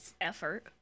effort